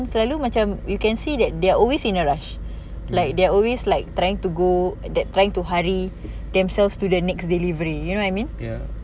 ya